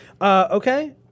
Okay